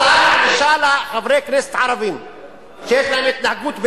סל ענישה לחברי כנסת ערבים שיש להם התנהגות,